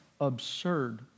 absurd